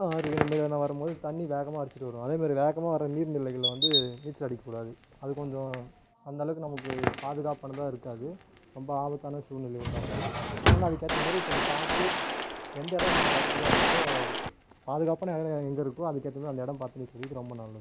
ஆறு இந்த மாரி எதனா வரும் போது தண்ணி வேகமாக அடிச்சிகிட்டு வரும் அதே மாரி வேகமாக வர நீர்நிலைகளில் வந்து நீச்சல் அடிக்கக்கூடாது அது கொஞ்சம் அந்தளவுக்கு நமக்கு பாதுகாப்பானதாக இருக்காது ரொம்ப ஆபத்தான சூழ்நிலையை உண்டாக்கிடும் அதனால அதுக்கேற்ற மாரி கொஞ்சம் பார்த்து எந்த இடோம் நமக்கு வசதியாக இருக்கோ பாதுகாப்பான இடோம் எங்கேருக்கோ அதுக்கு ஏற்ற மாரி அந்த இடோம் பார்த்து நீச்சல் அடிக்கிறது ரொம்ப நல்லது